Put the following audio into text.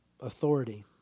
authority